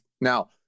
Now